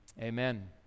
Amen